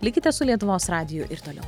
likite su lietuvos radiju ir toliau